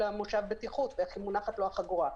מושב הבטיחות ואיך מונחת לו החגורה.